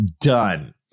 Done